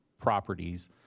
properties